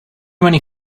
many